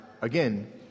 again